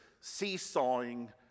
seesawing